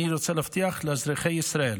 אני רוצה להבטיח לאזרחי ישראל,